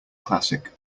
classic